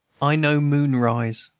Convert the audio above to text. i know moon-rise,